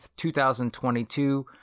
2022